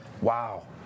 wow